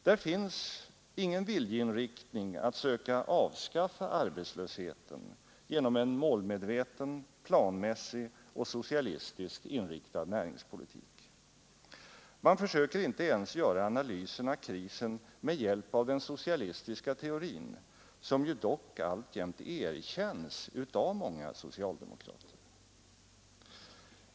Där finns ingen viljeinriktning att söka avskaffa arbetslösheten genom en målmedveten planmässig och socialistiskt inriktad näringspolitik. Man försöker inte ens göra analysen av krisen med hjälp av den socialistiska teorin, som ju dock alltjämt erkänns av många socialdemokrater.